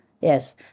Yes